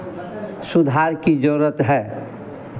सुधार की ज़रूरत है